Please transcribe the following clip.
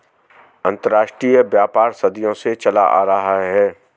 अंतरराष्ट्रीय व्यापार सदियों से चला आ रहा है